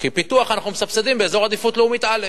כי פיתוח אנחנו מסבסדים באזור עדיפות לאומית א'.